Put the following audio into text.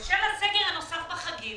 בשל הסגר הנוסף בחגים,